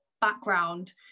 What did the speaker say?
background